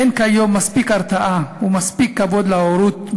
אין כיום מספיק הרתעה ומספיק כבוד להורות,